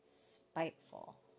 spiteful